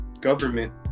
government